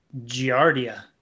giardia